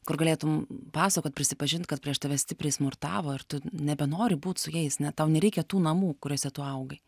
kur galėtum pasakot prisipažint kad prieš tave stipriai smurtavo ir tu nebenori būt su jais tau nereikia tų namų kuriuose tu augai